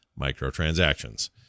microtransactions